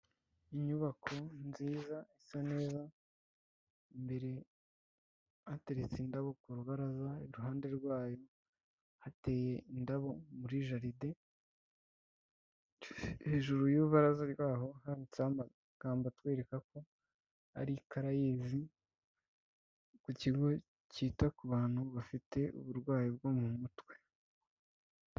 Inyubako nziza isa neza, imbere hateretse indabo ku rubaraza, iruhande rwayo hateye indabo muri jaride, hejuru y'urubaraza rwaho handitseho amagambo atwereka ko ari Craes, ku kigo cyita ku bantu bafite uburwayi bwo mu mutwe.